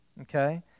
Okay